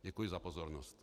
Děkuji za pozornost.